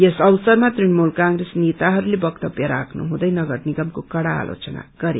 यस अवसरमा तृणमूल क्प्रेस नेताहरूले वक्तव्य राख्नुहुँदै नगरनिगमको कड़ा आलोचना गरे